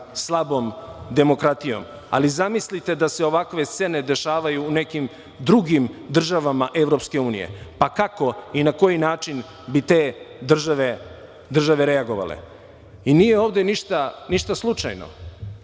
slabom demokratijom, ali zamislite da se ovakve scene dešavaju u nekim drugim državama EU pa kako i na koji način bi te države reagovale? Nije ovde ništa slučajno